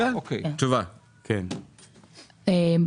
כן אבל עדיין לא קיבלנו את הרשימה.